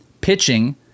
pitching